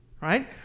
right